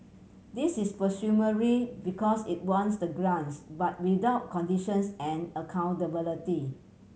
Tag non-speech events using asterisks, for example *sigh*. this is *unintelligible* because it wants the grants but without conditions and accountability